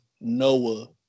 Noah